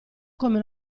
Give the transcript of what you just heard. come